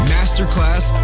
Masterclass